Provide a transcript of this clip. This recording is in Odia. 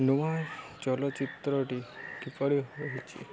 ନୂଆ ଚଳଚ୍ଚିତ୍ରଟି କିପରି ହୋଇଛି